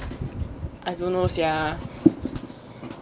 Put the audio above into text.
I don't know sia